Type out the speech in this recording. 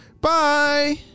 Bye